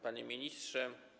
Panie Ministrze!